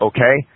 Okay